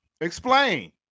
Explain